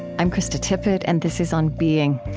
i'm krista tippett and this is on being.